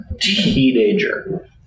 teenager